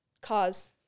cause